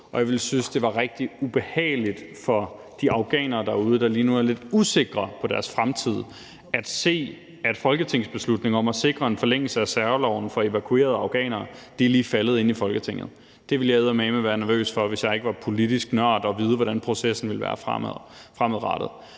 og jeg ville synes, at det var rigtig ubehageligt for de afghanere derude, der lige nu er lidt usikre på deres fremtid, at se, at et forslag til folketingsbeslutning om at sikre en forlængelse af særloven for evakuerede afghanere er faldet inde i Folketinget. Jeg ville eddermame være nervøs ved, hvis jeg ikke var politisk nørd, ikke at vide, hvordan processen vil være fremadrettet.